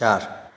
चार